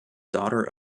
daughter